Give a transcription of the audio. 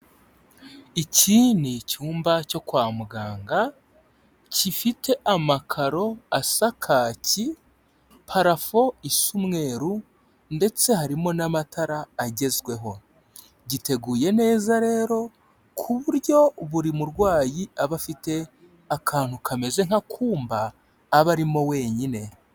Iki ni cyumba cyo kwa muganga gifite amakaro asa kaki, parafo isa umweru ndetse harimo n'amatara agezweho, giteguye neza rero ku buryo buri murwayi aba afite akantu kameze nk'akumba aba arimo wenyine.